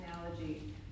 analogy